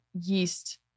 yeast